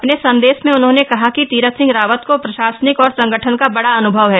अपने संदेश में उन्होंने कहा कि तीरथ सिंह रावत को प्रशासनिक और संगठन का बड़ा अन्भव है